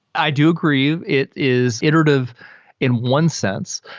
i do agree. it is iterative in one sense,